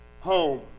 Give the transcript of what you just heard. home